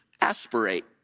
Aspirate